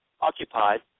occupied